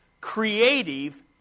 creative